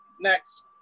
Next